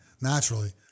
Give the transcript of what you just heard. naturally